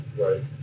right